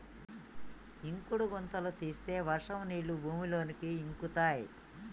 ఇంకుడు గుంతలు తీస్తే వర్షం నీళ్లు భూమిలోకి ఇంకుతయ్